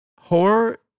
horror